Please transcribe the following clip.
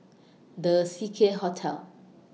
The Seacare Hotel